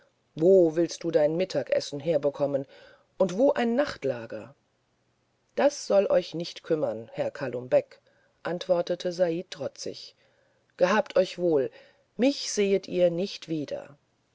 wo willst du ein mittagessen bekommen und wo ein nachtlager das soll euch nicht kümmern herr kalum beck antwortete said trotzig gehabt euch wohl mich sehet ihr nicht wieder